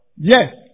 Yes